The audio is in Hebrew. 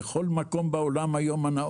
בכל מקום היום בעולם הנאור